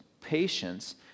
patience